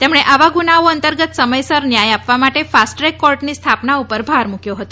તેમણે આવા ગુનાઓ અંતર્ગત સમયસર ન્યાય આપવા માટે ફાસ્ટ ટ્રેક કોર્ટની સ્થાપના ઉપર ભાર મૂક્વો હતો